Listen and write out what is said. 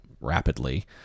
Rapidly